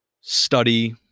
study